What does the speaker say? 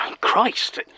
Christ